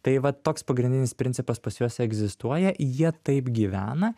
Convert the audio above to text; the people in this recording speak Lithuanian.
tai vat toks pagrindinis principas pas juos egzistuoja jie taip gyvena